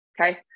Okay